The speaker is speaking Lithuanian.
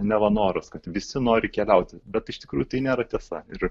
neva noras kad visi nori keliauti bet iš tikrųjų tai nėra tiesa ir